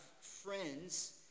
friends